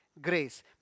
grace